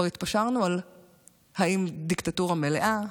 כבר התפשרנו על האם זו דיקטטורה מלאה,